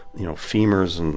you know, femurs and,